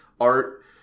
art